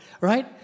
right